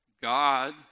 God